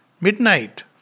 Midnight